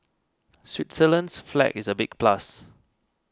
Switzerland's flag is a big plus